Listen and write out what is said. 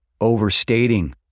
overstating